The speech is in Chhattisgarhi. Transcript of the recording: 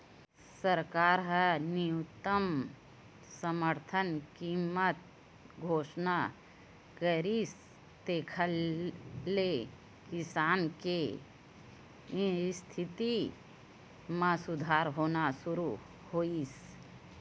सरकार ह न्यूनतम समरथन कीमत घोसना करिस जेखर ले किसान के इस्थिति म सुधार होना सुरू होइस